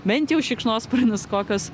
bent jau šikšnosparnius kokius